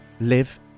live